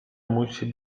musi